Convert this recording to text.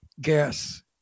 gas